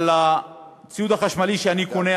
אבל הציוד החשמלי שאני קונה,